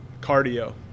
cardio